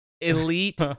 Elite